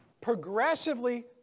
progressively